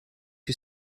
you